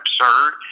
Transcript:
absurd